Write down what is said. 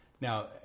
Now